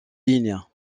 ligne